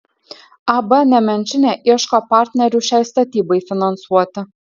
ab nemenčinė ieško partnerių šiai statybai finansuoti